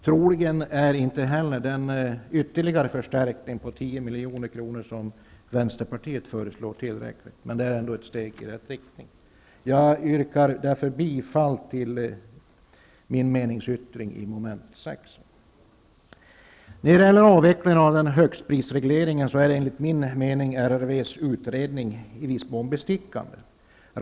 Troligen är inte heller den ytterligare förstärkning på 10 milj.kr. som vänsterpartiet föreslår tillräcklig, men det är ändå ett steg i rätt riktning. Jag yrkar därför bifall till min meningsyttring vid mom. 6. När det gäller avvecklingen av den s.k. högstprisregleringen är enligt min mening RRV:s utredning i viss mån bestickande.